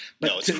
No